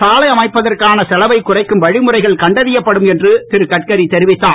சாலை அமைப்பதற்கான செலவைக் குறைக்கும் வழிமுறைகள் கண்டறியப்படும் என்று திருகட்காரி தெரிவித்தார்